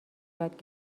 یاد